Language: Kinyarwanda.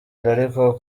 ariko